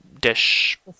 dish